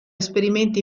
esperimenti